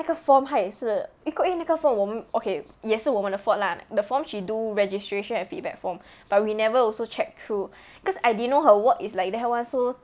那个 form 她也是 it could 因为那个 form 我们 okay 也是我们的 fault lah the form she do registration and feedback form but we never also check through cause I didn't know her work is like that one so